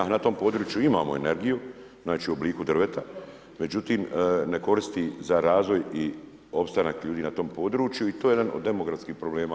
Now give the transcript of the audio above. Na tom području imamo energiju u obliku drveta, međutim ne koristi za razvoj i opstanak ljudi na tom području i to je jedan od demografskih problema.